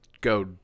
go